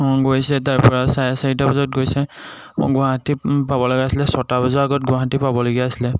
গৈছে তাৰপৰা চাৰে চাৰিটা বজাত গৈছে গুৱাহাটী পাব লগা আছিলে ছয়টা বজাৰ আগত গুৱাহাটী পাবলগীয়া আছিলে